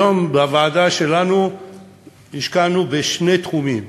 היום בוועדה שלנו השקענו בשני תחומים.